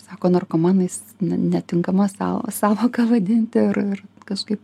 sako narkomanaisne netinkama sąvo sąvoka vadinti ir kažkaip